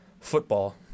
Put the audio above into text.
football